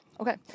Okay